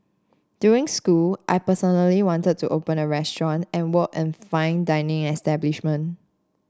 during school I personally wanted to open a restaurant and work in fine dining establishment